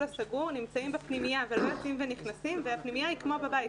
הסגור נמצאים בפנימייה ולא יוצאים ונכנסים והפנימייה היא כמו בבית.